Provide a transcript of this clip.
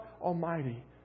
Almighty